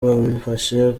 babifashe